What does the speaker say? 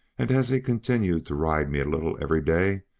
and as he continued to ride me a little every day,